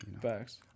Facts